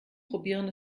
probieren